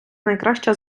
найкраща